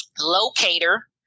locator